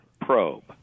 probe